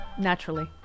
Naturally